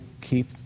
keep